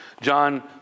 John